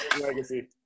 legacy